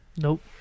Nope